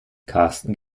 karsten